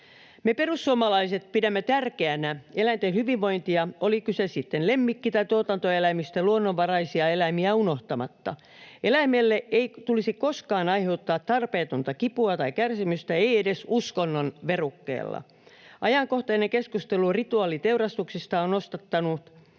Me perussuomalaiset pidämme tärkeänä eläinten hyvinvointia, oli kyse sitten lemmikki- tai tuotantoeläimistä, luonnonvaraisia eläimiä unohtamatta. Eläimelle ei tulisi koskaan aiheuttaa tarpeetonta kipua tai kärsimystä, ei edes uskonnon verukkeella. Ajankohtainen keskustelu rituaaliteurastuksista on nostattanut